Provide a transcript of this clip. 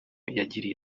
yagiriye